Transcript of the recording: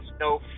no